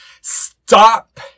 Stop